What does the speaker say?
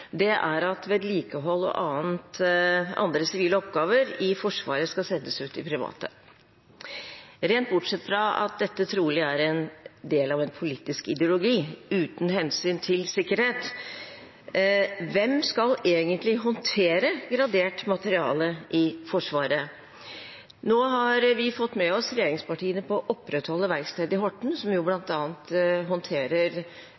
– er at vedlikehold og andre sivile oppgaver i Forsvaret skal settes ut til private. Rent bortsett fra at dette trolig er en del av en politisk ideologi, uten hensyn til sikkerhet – hvem skal egentlig håndtere gradert materiale i Forsvaret? Nå har vi fått med oss regjeringspartiene på å opprettholde verkstedet i Horten, som jo